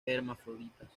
hermafroditas